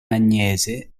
agnese